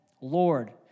Lord